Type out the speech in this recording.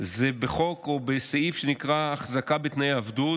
זה בחוק או בסעיף שנקרא "החזקה בתנאי עבדות",